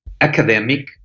academic